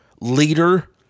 leader